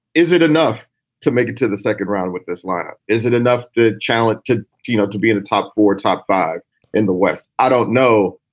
is it enough to make it to the second round with this lineup? is it enough to challenge to to you know to be in the top four, top five in the west? i don't know.